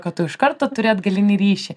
kad tu iš karto turi atgalinį ryšį